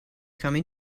coming